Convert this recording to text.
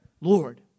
Lord